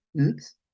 oops